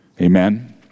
Amen